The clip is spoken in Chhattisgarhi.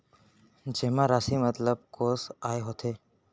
जेमा राशि मतलब कोस आय होथे?